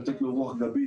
לתת לו רוח גבית,